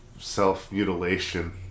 self-mutilation